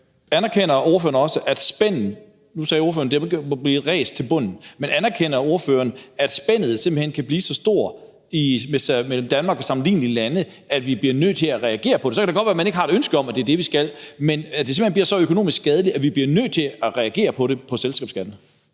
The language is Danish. og noget andet til medarbejderne. Nu sagde ordføreren, at det ikke må blive et ræs mod bunden, men anerkender ordføreren også, at spændet simpelt hen kan blive så stort mellem Danmark og sammenlignelige lande, at vi bliver nødt til at reagere på det? Så kan det godt være, at man ikke har et ønske om at det er det, vi skal, men kan det simpelt hen blive så økonomisk skadeligt, at vi bliver nødt til at reagere på det i forhold til selskabsskatten?